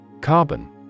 Carbon